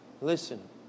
Listen